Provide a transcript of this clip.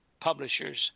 publishers